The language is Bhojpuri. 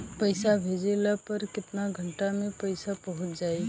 पैसा भेजला पर केतना घंटा मे पैसा चहुंप जाई?